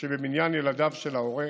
שבמניין ילדיו של ההורה